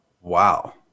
Wow